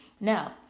Now